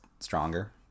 Stronger